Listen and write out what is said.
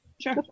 sure